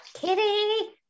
Kitty